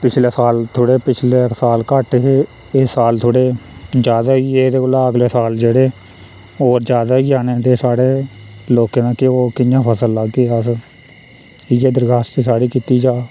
पिछले साल थोह्ड़े पिछले साल घट्ट हे इस साल थोह्ड़े ज्यादा होई गे एह्दे कोला अगले साल जेह्ड़े होर ज्यादा होई जाने ते साढ़े लोकें दा केह् होग कियां फसल लागे अस इ'यै दरखास्त साढ़ी कीती जा